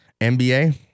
NBA